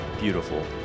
Beautiful